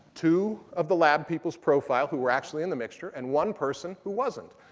two of the lab people's profile who were actually in the mixture and one person who wasn't.